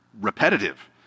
repetitive